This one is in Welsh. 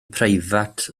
preifat